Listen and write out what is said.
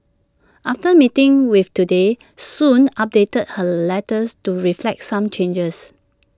after meeting with Today Soon updated her letters to reflect some changes